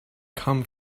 come